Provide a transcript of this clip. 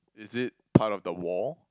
is it part of the wall